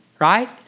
Right